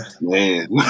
man